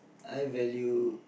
I value